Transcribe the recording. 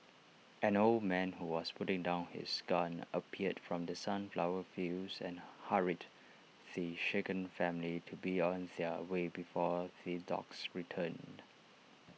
an old man who was putting down his gun appeared from the sunflower fields and hurried the shaken family to be on their way before the dogs returned